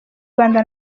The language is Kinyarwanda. rwanda